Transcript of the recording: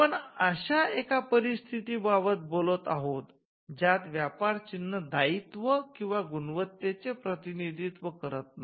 आपण अश्या एका परिस्थिती बाबत बोलत आहोत ज्यात व्यापर चिन्ह दायित्व किंवा गुणवत्तेचे प्रतिनिधित्व करत नाही